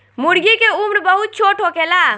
मूर्गी के उम्र बहुत छोट होखेला